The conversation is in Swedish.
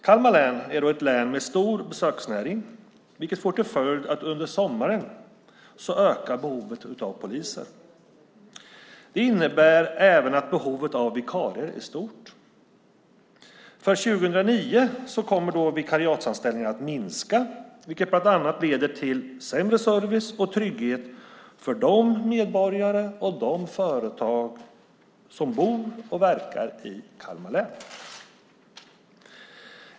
Kalmar län är ett län med stor besöksnäring, vilket får till följd att behovet av poliser ökar under sommaren. Det innebär även att behovet av vikarier är stort. För 2009 kommer vikariatsanställningarna att minska, vilket bland annat leder till sämre service och trygghet för de medborgare och de företag som bor respektive verkar i Kalmar län.